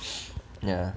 ya